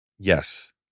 Yes